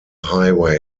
highway